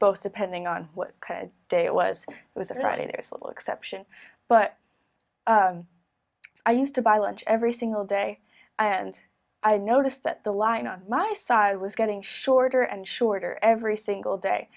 both depending on what could day it was it was already there's little exception but i used to buy lunch every single day and i noticed that the line on my side was getting shorter and shorter every single day